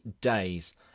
days